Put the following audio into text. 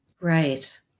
Right